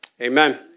Amen